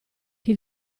che